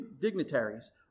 dignitaries